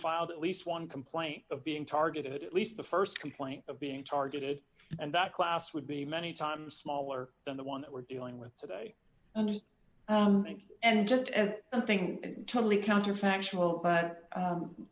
filed at least one complaint of being targeted at least the st complaint of being targeted and that class would be many times smaller than the one that we're dealing with today and just as i think totally counterfactual but